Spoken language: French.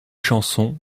chansons